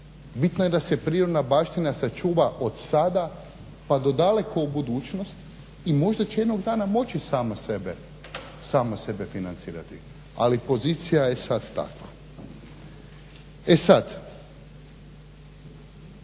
Bitno je da se prirodna baština sačuva od sada pa do daleko u budućnost i možda će jednog dana moći sama sebe financirati. Ali pozicija je sad takva. E sad,